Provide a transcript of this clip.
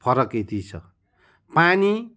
फरक यति छ पानी